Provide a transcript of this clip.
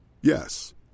Yes